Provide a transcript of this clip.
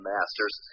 Masters